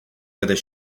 whether